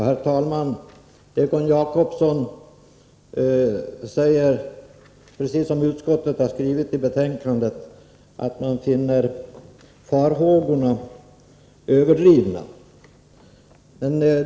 Herr talman! Egon Jacobsson säger att man, precis som utskottet har skrivit i betänkandet, finner farhågorna överdrivna.